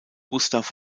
gustav